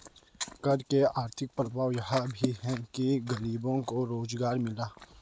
कर के आर्थिक प्रभाव यह भी है कि गरीबों को रोजगार मिला